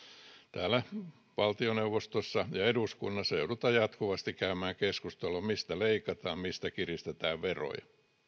joudutaan valtioneuvostossa ja täällä eduskunnassa jatkuvasti käymään keskustelua siitä mistä leikataan mistä kiristetään veroja